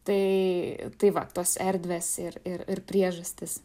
tai tai va tos erdvės ir ir ir priežastys